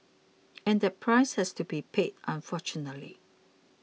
and that price has to be paid unfortunately